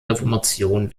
reformation